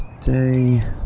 today